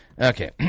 Okay